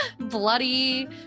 bloody